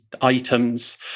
items